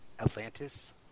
atlantis